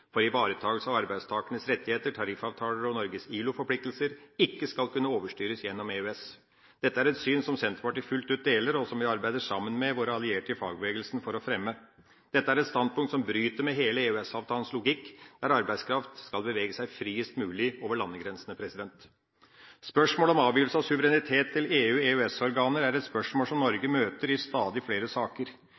for ivaretakelse av arbeidstakernes rettigheter, tariffavtaler og Norges ILO-forpliktelser, ikke skal kunne overstyres gjennom EØS. Dette er et syn som Senterpartiet fullt ut deler, og som vi arbeider sammen med våre allierte i fagbevegelsen for å fremme. Dette er et standpunkt som bryter med hele EØS-avtalens logikk, der arbeidskraft skal bevege seg friest mulig over landegrensene. Spørsmålet om avgivelse av suverenitet til EU/EØS-organer er et spørsmål som Norge møter i stadig flere saker.